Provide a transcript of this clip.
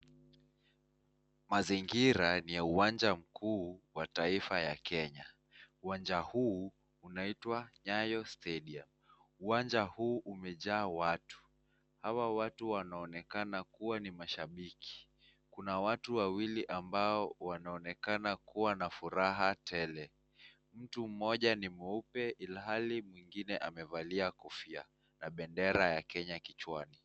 Mazingira ni ya uwanja mkuu wa taifa ya kenya, uwanja huu unaitwa Nyayo Stadium. Uwanja huu umejaa watu. Hawa watu wanaonekana kuwa ni mashabiki kuna watu wawili wanaonekana kuwa na furaha tele. Mtu mmoja ni mweupe ilhali mwingine amevalia kofia na bendera ya Kenya kichwa.